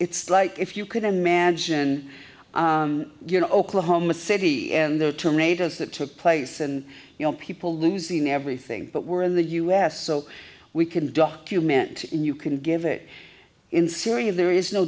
it's like if you could imagine you know oklahoma city and the tomatoes that took place and you know people losing everything but we're in the u s so we can document in you can give it in syria there is no